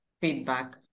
feedback